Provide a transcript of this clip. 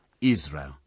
Israel